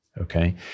okay